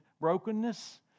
brokenness